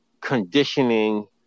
conditioning